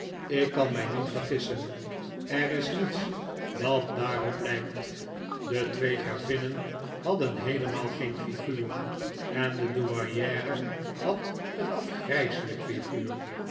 ik kan mij niet vergissen er is niets dat daarop lijkt de twee gravinnen hadden heelemaal geen figuur en de douairiere had een afgrijselijk figuur